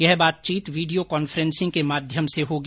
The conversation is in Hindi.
यह बातचीत वीडियो कांफ्रेंस के माध्यम से होगी